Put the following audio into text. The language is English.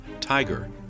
TIGER